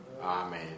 Amen